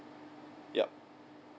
yup